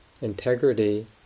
integrity